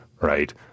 right